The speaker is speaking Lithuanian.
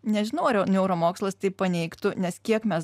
nežinau ar neuromokslas tai paneigtų nes kiek mes